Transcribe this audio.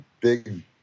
big